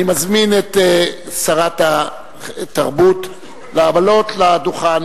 (מחיאות כפיים) אני מזמין את שרת התרבות לעלות לדוכן